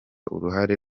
uruhare